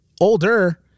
older